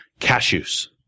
Cashews